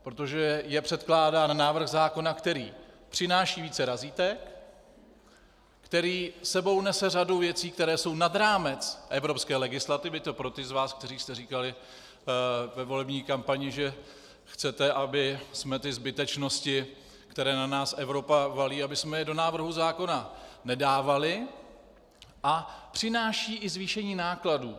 Protože je předkládán návrh zákona, který přináší více razítek, který s sebou nese řadu věcí, které jsou nad rámec evropské legislativy to pro ty z vás, kteří jste říkali ve volební kampani, že chcete, abychom ty zbytečnosti, které na nás Evropa valí, do návrhu zákona nedávali , a přináší i zvýšení nákladů.